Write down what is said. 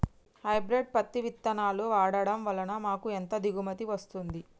Hybrid పత్తి విత్తనాలు వాడడం వలన మాకు ఎంత దిగుమతి వస్తుంది?